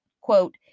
quote